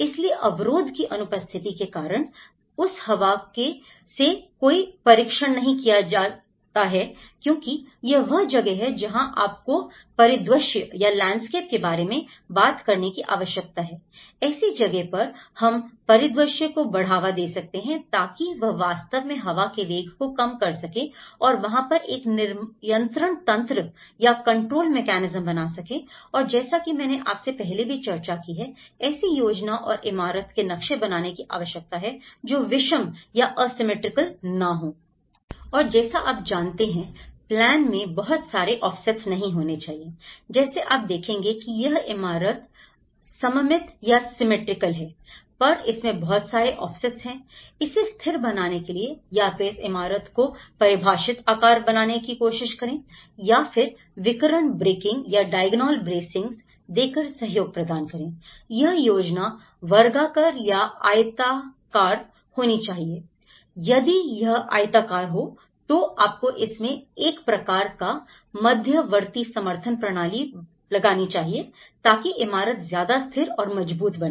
इसलिए अवरोध की अनुपस्थिति के कारण उस हवा से कोई परिरक्षण नहीं किया जाता है क्योंकि यह वह जगह है जहां आपको परिदृश्य या लैंडस्केप के बारे में बात करने की आवश्यकता है ऐसी जगह पर हम परिदृश्य को बढ़ावा दे सकते हैं ताकि वह वास्तव में हवा के वेग को कम कर सकें और वहां पर एक नियंत्रण तंत्र या कंट्रोल मेकैनिज्म बना सकें और जैसा कि मैंने आपसे पहले भी चर्चा की है ऐसी योजना और इमारत के नक्शे बनाने की आवश्यकता है जो विषम या एसिमिट्रिकल ना हो और जैसा आप जानते हैं प्लान में बहुत सारे ऑफसेट नहीं होने चाहिए जैसे आप देखेंगे कि यह इमारत सममित या सिमिट्रिकल है पर इसमें बहुत सारे ऑफसेट है इसे स्थिर बनाने के लिए या तो इस इमारत को परिभाषित आकार बनाने की कोशिश करें या फिर विकर्ण ब्रेकिंग या डायग्नल ब्रेसिंग देकर सहयोग प्रदान करें यह योजना वर्गाकार या आयताकार होनी चाहिए यदि यह आयताकार है तो आपको इसमें एक प्रकार का मध्यवर्ती समर्थन प्रणाली लगानी चाहिए ताकि इमारत ज्यादा स्थिर और मजबूत बने